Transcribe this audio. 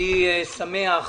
אני שמח,